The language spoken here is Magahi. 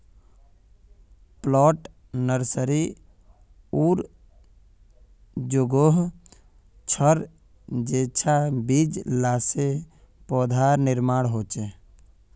प्लांट नर्सरी उर जोगोह छर जेंछां बीज ला से पौधार निर्माण होछे